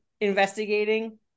investigating